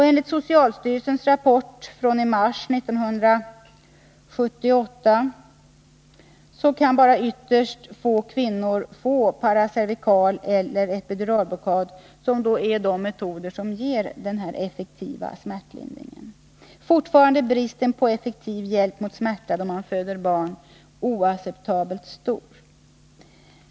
Enligt socialstyrelsens senaste rapport från mars 1978 kan bara ytterst få av kvinnorna få paracervikaleller epiduralblockad, som är de metoder som ger den effektivaste smärtlindringen. Fortfarande är bristen på effektiv hjälp mot smärta då man föder barn oacceptabelt stor.